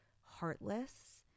heartless